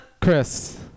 Chris